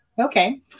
Okay